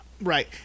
right